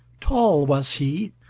tall was he,